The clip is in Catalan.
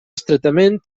estretament